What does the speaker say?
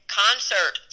concert